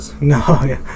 No